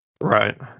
right